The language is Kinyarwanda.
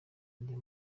njya